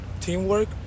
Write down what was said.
teamwork